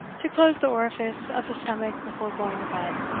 to close the orifice of the stomach before going to bed,